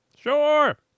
Sure